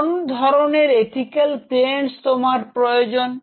কোন ধরনের ethical clearance তোমার প্রয়োজন